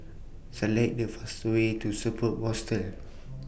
Select The fast Way to Superb